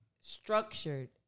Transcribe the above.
structured